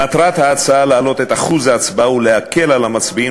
מטרת ההצעה: להעלות את אחוז ההצבעה ולהקל על המצביעים